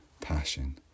passion